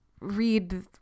read